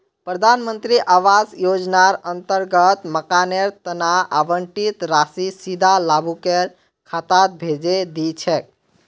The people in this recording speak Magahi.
प्रधान मंत्री आवास योजनार अंतर्गत मकानेर तना आवंटित राशि सीधा लाभुकेर खातात भेजे दी छेक